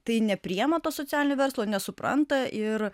tai nepriima to socialinio verslo nesupranta ir